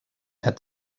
had